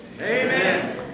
amen